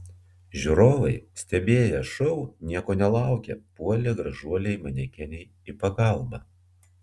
žiūrovai stebėję šou nieko nelaukę puolė gražuolei manekenei į pagalbą